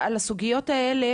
ועל הסוגיות האלה,